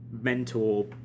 mentor